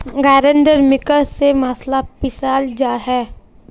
grinder mixer स मसाला पीसाल जा छे